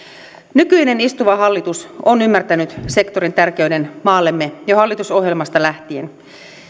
nykyinen istuva hallitus on ymmärtänyt sektorin tärkeyden maallemme jo hallitusohjelmasta lähtien